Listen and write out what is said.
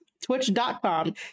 twitch.com